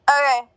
Okay